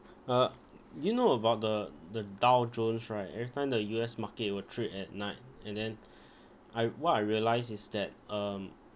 uh do you know about the the dow jones right every time the U_S market will trade at night and then I what I realise is that um